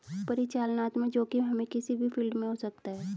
परिचालनात्मक जोखिम हमे किसी भी फील्ड में हो सकता है